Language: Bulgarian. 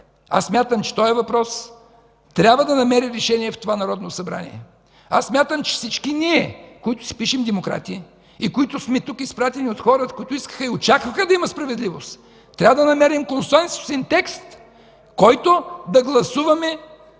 смятам, че този въпрос трябва да намери решение в това Народно събрание. Аз смятам, че всички ние, които се пишем демократи и сме изпратени тук от хора, които искаха и очакват да има справедливост, трябва да намерим консенсусен текст, който да гласуваме